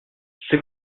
c’est